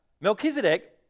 Melchizedek